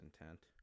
intent